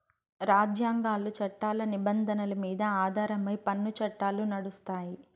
రాజ్యాంగాలు, చట్టాల నిబంధనల మీద ఆధారమై పన్ను చట్టాలు నడుస్తాయి